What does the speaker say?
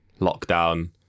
lockdown